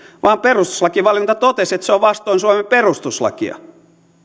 vaan perustuslakivaliokunta totesi että se on vastoin suomen perustuslakia